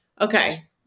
okay